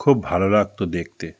খুব ভালো লাগতো দেখতে